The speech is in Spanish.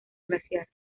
glaciar